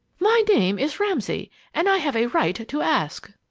my name is ramsay and i have a right to ask!